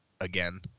again